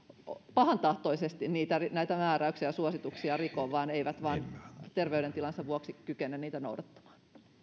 pahantahtoisesti näitä määräyksiä ja suosituksia riko vaan eivät vain terveydentilansa vuoksi kykene niitä noudattamaan